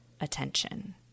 attention